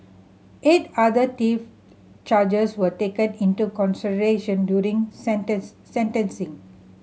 eight other theft charges were taken into consideration during sentencing